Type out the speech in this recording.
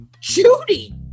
Judy